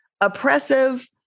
oppressive